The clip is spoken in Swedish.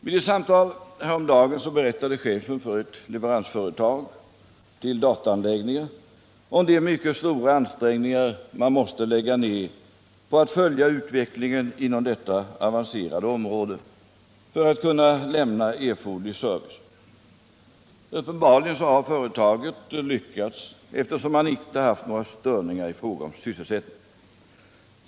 Vid ett samtal häromdagen berättade chefen för ett leveransföretag till dataanläggningar om de mycket stora ansträngningar man måste lägga ner på att följa utvecklingen inom detta avancerade område för att kunna lämna erforderlig service. Uppenbarligen har företaget lyckats eftersom man inte haft några störningar i fråga om sysselsättningen.